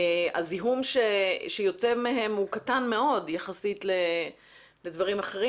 הזיהום שיוצא מהם הוא קטן מאוד יחסית לדברים אחרים